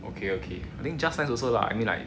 okay okay I think just nice also lah I mean like